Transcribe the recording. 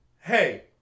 Hey